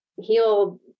heal